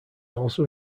also